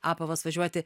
apavas važiuoti